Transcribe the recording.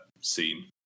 scene